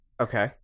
Okay